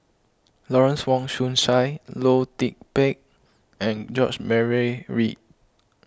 Lawrence Wong Shyun Tsai Loh Lik Peng and George Murray Reith